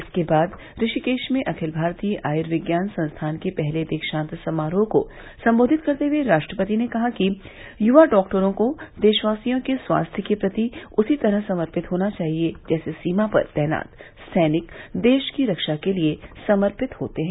इसके बाद ऋषिकेश में अखिल भारतीय आयूर्विज्ञान संस्थान के पहले दीक्षांत समारोह को संबोधित करते हए राष्ट्रपति ने कहा है कि युवा डॉक्टरों को देशवासियों के स्वास्थ्य सेवा के प्रति उसी तरह समर्पित होना चाहिए जैसे सीमा पर तैनात सैनिक देश की रक्षा के लिए समर्पित होते हैं